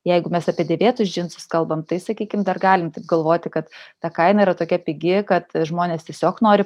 jeigu mes apie dėvėtus džinsus kalbam tai sakykim dar galim galvoti kad ta kaina yra tokia pigi kad žmonės tiesiog nori